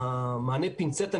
המענה פינצטה,